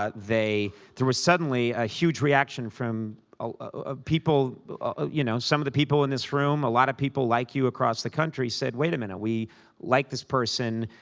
ah they there was suddenly a huge reaction from people ah you know, some of the people in this room, a lot of people like you across the country said, wait a minute, we like this person,